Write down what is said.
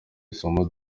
isomo